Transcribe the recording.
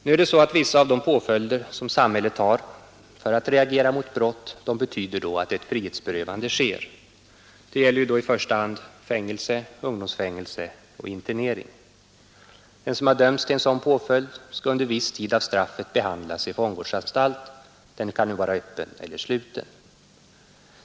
Nu är det så att vissa av de påföljder som samhället har för att reagera mot brott betyder att ett frihetsberövande sker. Det gäller ju då i första hand fängelse, ungdomsfängelse och internering. Den som dömts till sådan påföljd skall under viss tid av straffet behandlas i fångvårdsanstalt, som kan vara öppen eller sluten.